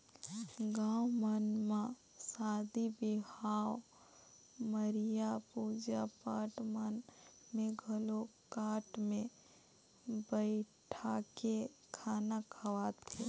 गाँव मन म सादी बिहाव, मरिया, पूजा पाठ मन में घलो टाट मे बइठाके खाना खवाथे